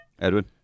Edwin